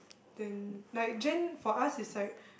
then like Gen for us is like